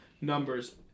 numbers